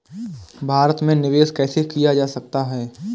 भारत में निवेश कैसे किया जा सकता है?